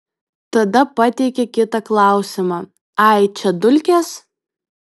tada pateikė kitą klausimą ai čia dulkės